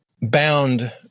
bound